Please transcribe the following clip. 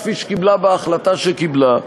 כפי שקיבלה בהחלטה שקיבלה,